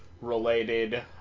related